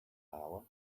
hour